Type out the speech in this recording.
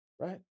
Right